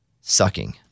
sucking